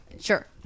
sure